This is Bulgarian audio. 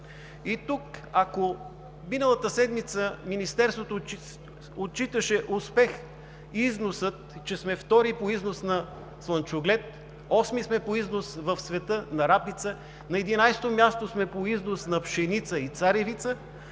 И тук, ако миналата седмица Министерството отчиташе успех, че сме втори по износ на слънчоглед, осми сме по износ в света на рапица, на 11-о място сме по износ на пшеница и царевица